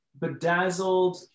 bedazzled